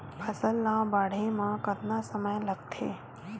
फसल ला बाढ़े मा कतना समय लगथे?